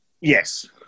Yes